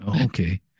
Okay